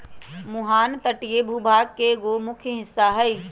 मुहाना तटीय भूभाग के एगो मुख्य हिस्सा हई